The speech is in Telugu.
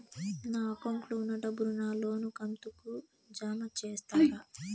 నా అకౌంట్ లో ఉన్న డబ్బును నా లోను కంతు కు జామ చేస్తారా?